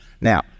Now